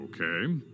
Okay